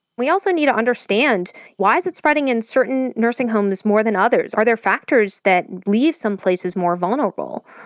we also need to understand why is it spreading in certain nursing homes more than others? are there factors that leave some places more vulnerable?